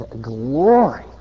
glory